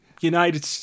United